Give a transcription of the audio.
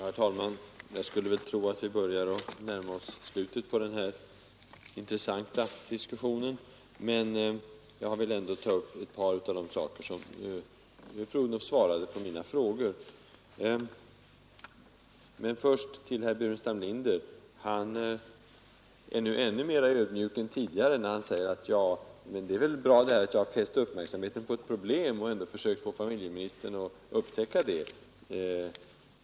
Herr talman! Jag skulle tro att vi börjar närma oss slutet på denna intressanta diskussion, men jag vill ändå ta upp ett par av de saker som fru Odhnoff nämnde i sitt svar på mina frågor. Men först till herr Burenstam Linder! Han är nu ännu mera ödmjuk än tidigare när han säger: Det är väl ändå bra att jag har fäst uppmärksamheten på ett problem och försökt få familjeministern att upptäcka det.